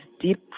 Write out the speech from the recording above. deep